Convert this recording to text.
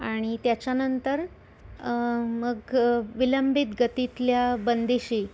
आणि त्याच्या नंतर मग विलंबित गतीतल्या बंदिशी